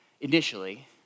initially